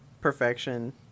perfection